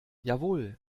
jawohl